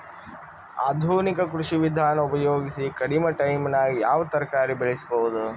ಆಧುನಿಕ ಕೃಷಿ ವಿಧಾನ ಉಪಯೋಗಿಸಿ ಕಡಿಮ ಟೈಮನಾಗ ಯಾವ ತರಕಾರಿ ಬೆಳಿಬಹುದು?